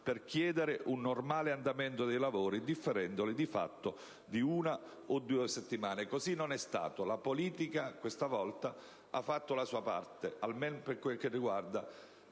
per chiedere un normale andamento, differendo i lavori di fatto di una o due settimane. Così non è stato, la politica questa volta ha fatto la sua parte, almeno per quel che riguarda